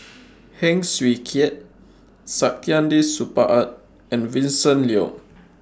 Heng Swee Keat Saktiandi Supaat and Vincent Leow